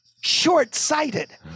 short-sighted